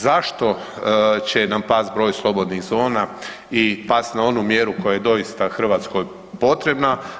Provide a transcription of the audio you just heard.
Zašto će nam past broj slobodnih zona i past na onu mjeru koja je doista Hrvatskoj potrebna?